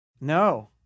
No